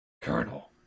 Colonel